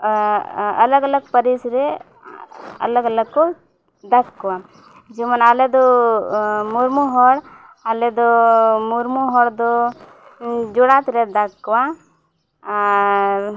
ᱟᱞᱟᱜᱽ ᱟᱞᱟᱜᱽ ᱯᱟᱹᱨᱤᱥ ᱨᱮ ᱟᱞᱟᱜᱽ ᱟᱞᱟᱜᱽ ᱠᱚ ᱫᱟᱜᱽ ᱠᱚᱣᱟ ᱡᱮᱢᱚᱱ ᱟᱞᱮ ᱫᱚ ᱢᱩᱨᱢᱩ ᱦᱚᱲ ᱟᱞᱮ ᱢᱩᱨᱢᱩ ᱦᱚᱲ ᱫᱚ ᱡᱳᱲᱟ ᱛᱮᱞᱮ ᱫᱟᱜᱽ ᱠᱚᱣᱟ ᱟᱨ